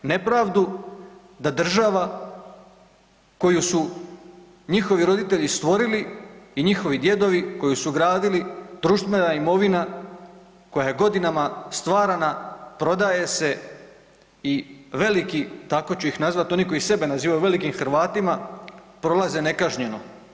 Nepravdu da država koju su njihovi rodilji stvorili i njihovi djedovi koju su gradili, društvena imovina koja je godinama stvarana prodaje se i veliki, tako ću ih nazvati, oni koji sebe nazivaju velikim Hrvatima, prolaze nekažnjeno.